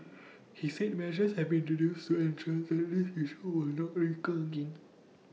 he said measures have been introduced to ensure that this issue will not recur again